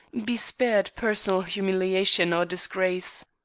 be spared personal humiliation or disgrace.